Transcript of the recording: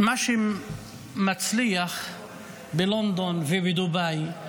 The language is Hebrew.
מה שמצליח בלונדון ובדובאי,